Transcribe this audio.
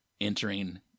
entering